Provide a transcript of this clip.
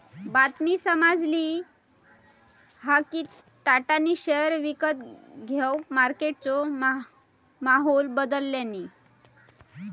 बातमी समाजली हा कि टाटानी शेयर विकत घेवन मार्केटचो माहोल बदलल्यांनी